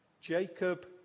Jacob